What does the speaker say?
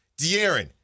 De'Aaron